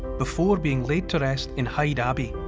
before being laid to rest in hyde abbey.